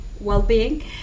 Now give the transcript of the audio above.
well-being